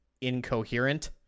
incoherent